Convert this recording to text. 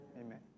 Amen